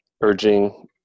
Urging